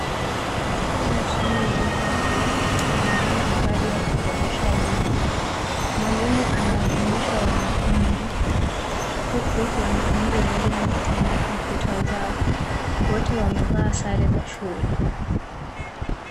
Shule nchini Zimbabwe inafanya mradi ya kurejesha elimu. Mwalimua anawafundisha wanafunzi huku wanafunzi wengine wakitumia kompyuta zao. Wote wamevaa sare za shule.